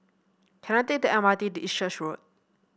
can I take the M R T to East Church Road